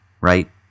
right